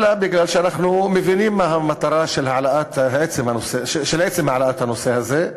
אלא כי אנחנו מבינים מה המטרה של עצם העלאת הנושא הזה,